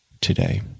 today